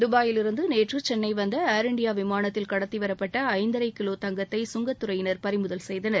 துபாயிலிருந்து நேற்று சென்னை வந்த ஏர் இண்டியா விமானத்தில் கடத்திவரப்பட்ட ஐந்தரை கிலோ எடைகொண்ட தங்கத்தை சுங்கத் துறையினர் பறிமுதல் செய்தனர்